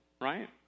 right